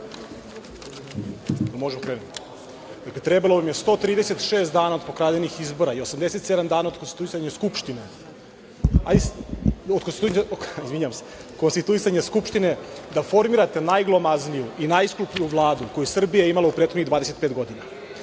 Mitrović** Trebalo vam je 136 dana od pokradenih izbora i 87 dana od konstituisanja Skupštine da formirate najglomazniju i najskuplju Vladu koja je Srbija imala u prethodnih 25 godina. Pričali